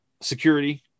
security